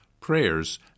prayers